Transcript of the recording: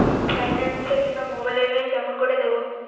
Finance এ কিনা মোবাইলের বিল কেমন করে দিবো?